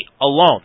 alone